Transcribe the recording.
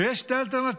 ויש שתי אלטרנטיבות: